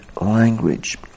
language